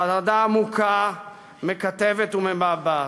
חרדה עמוקה מקטבת ומבעבעת.